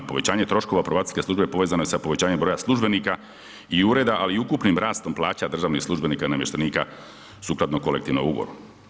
Povećanje troškova probacijske službe povećano je sa povećanjem broja službenika i ureda, ali i ukupnim rastom plaća državnih službenika i namještenika sukladno kolektivnom ugovoru.